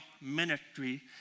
Ministry